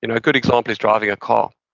you know a good example is driving a car.